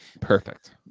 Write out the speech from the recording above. Perfect